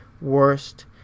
worst